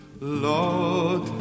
Lord